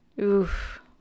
Oof